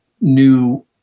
new